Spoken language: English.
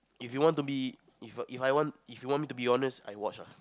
if you want to be If I If I if you want me to be honest I watch ah